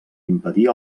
impedir